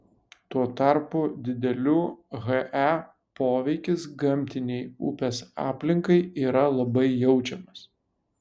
tuo tarpu didelių he poveikis gamtinei upės aplinkai yra labai jaučiamas